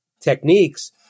techniques